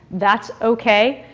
that's ok.